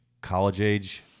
college-age